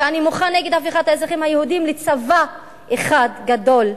ואני מוחה נגד הפיכת האזרחים היהודים לצבא אחד גדול.